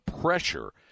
pressure